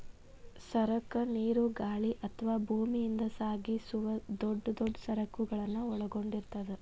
ಸರಕ ನೇರು ಗಾಳಿ ಅಥವಾ ಭೂಮಿಯಿಂದ ಸಾಗಿಸುವ ದೊಡ್ ದೊಡ್ ಸರಕುಗಳನ್ನ ಒಳಗೊಂಡಿರ್ತದ